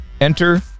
Enter